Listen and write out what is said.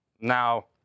now